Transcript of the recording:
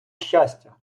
щастя